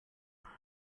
and